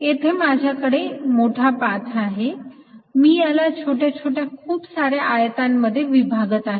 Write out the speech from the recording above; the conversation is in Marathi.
येथे माझ्याकडे मोठा पाथ आहे मी याला छोट्या छोट्या खूप सार्या आयतांमध्ये विभागात आहे